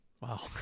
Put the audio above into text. Wow